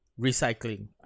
recycling